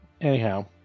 Anyhow